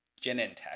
Genentech